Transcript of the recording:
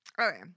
okay